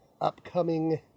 upcoming